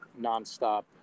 nonstop